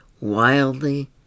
Wildly